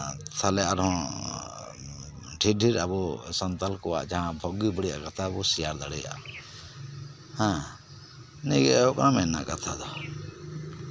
ᱮᱸᱜ ᱛᱟᱞᱦᱮ ᱟᱵᱚ ᱰᱷᱮᱨᱼᱰᱷᱮᱨ ᱟᱵᱚ ᱥᱟᱱᱛᱟᱞ ᱠᱚᱣᱟᱜ ᱵᱳᱜᱮ ᱵᱟᱲᱤᱡ ᱜᱚᱴᱟ ᱵᱚ ᱥᱮᱭᱟᱨ ᱫᱟᱲᱮᱭᱟᱜᱼᱟ ᱦᱮᱸ ᱱᱤᱭᱟᱹ ᱜᱮ ᱦᱳᱭᱳᱜ ᱠᱟᱱᱟ ᱢᱮᱱ ᱨᱮᱱᱟᱜ ᱠᱟᱛᱷᱟ ᱫᱚ